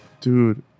Dude